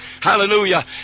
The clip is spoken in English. Hallelujah